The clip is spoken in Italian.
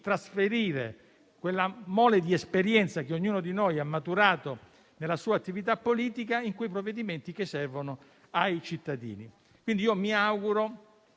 trasferire quella mole di esperienza, che ognuno di noi ha maturato nella sua attività politica, nei provvedimenti che servono ai cittadini. Quindi, mi auguro